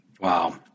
Wow